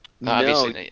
No